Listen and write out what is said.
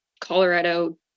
Colorado